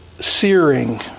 searing